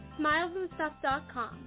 Smilesandstuff.com